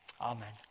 Amen